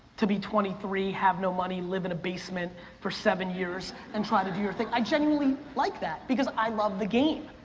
to be twenty three, have no money, live in a basement for seven years, and try to do your thing. i genuinely like that, because i love the game.